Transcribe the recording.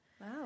Wow